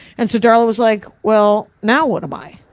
and so darla was like, well, now what am i?